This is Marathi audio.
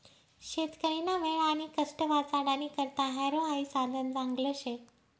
शेतकरीना वेळ आणि कष्ट वाचाडानी करता हॅरो हाई साधन चांगलं शे